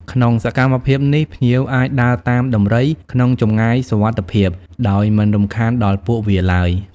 ការដើរក្បែរដំរី គឺជាផ្នែកមួយដ៏សំខាន់នៃទេសចរណ៍ក្រមសីលធម៌ជាមួយសត្វដ៏ធំនេះ។